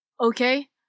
okay